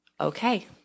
okay